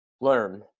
learn